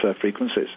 frequencies